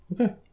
Okay